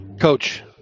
coach